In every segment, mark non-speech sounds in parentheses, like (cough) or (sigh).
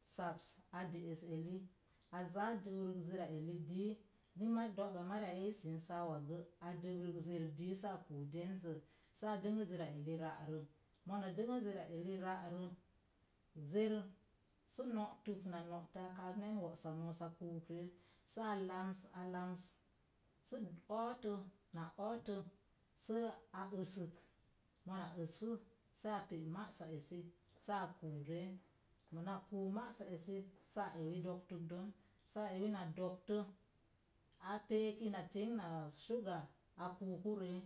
(unintelligible) A de'es eli a záá dəuruk zera eli dii nimadóga mari i siin saau akgə a dəbrik zer di sə a kuu denzze sə a dənŋə zera eli ra'rə mona dənŋə zera eli ra'rə zer sə no'tuk na no'to a kaak nen wo'os a kuuk ree sə a lams a lams sə o̱o̱to na o̱o̱to sə a əsək. mona əsapu sə a pe’ ma'sa esi sə a kuu ree, mona kaa ma'asa esi saaureeu doptuk don sanni na de̱e̱to a pe'ek ina tinga sugar, a kuuku ree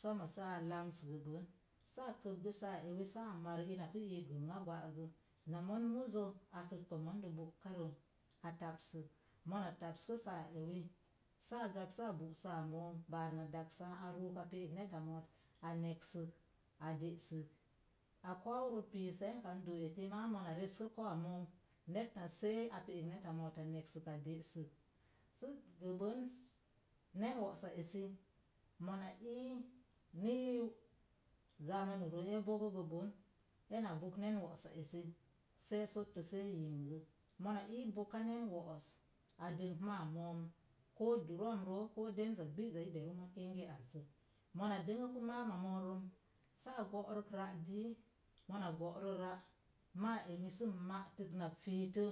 somo so a tams gəbən sə a kəgrə saawa ewi səa mar ina pu gənna gwa gə na mon muzo a kəkp mondo bo'ka rəu a tapsək mon tapspu sauwi sə a gak sə a bo’ saa moow, baar na daksa a ruuk sə a pe’ neta mo̱o̱t a neksəa de'sək a ko̱o̱ pii se̱e̱ngka n doo eki ma mona respu ko̱o̱wa mo̱o̱wa net na see a pe’ ek neta moot a de'sək sə gəbən nen wo'sa esi mona ii ni zamanu gə i bogo gə bon ena bok non wo'sa esi see sotto se yinge mona i boka pen wo'os a dəng maama mom ko duromro ko denza gbiza i deru makenge az mona dənŋə pu maama moorom sə a goruk ra’ di mona go'ro ra’ máá emi sə ma'təla na fiitə.